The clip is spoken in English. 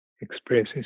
expresses